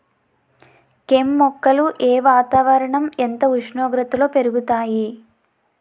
కెమ్ మొక్కలు ఏ వాతావరణం ఎంత ఉష్ణోగ్రతలో పెరుగుతాయి?